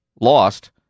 lost